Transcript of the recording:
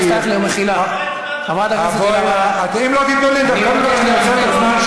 יש, סליחה, כשאתם מדברים ארוך, גם לחבר, מחילה.